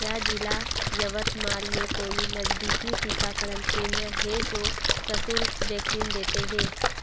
क्या ज़िला यवतमाल में कोई नज़दीकी टीकाकरण केंद्र है जो सशुल्क वैक्सीन देते हैं